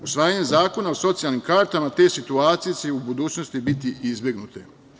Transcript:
Usvajanjem zakona o socijalnim kartama te situacije će u budućnosti biti izbegnute.